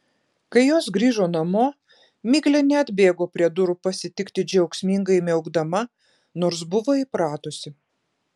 kai jos grįžo namo miglė neatbėgo prie durų pasitikti džiaugsmingai miaukdama nors buvo įpratusi